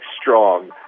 strong